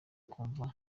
kumva